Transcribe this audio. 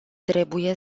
trebuie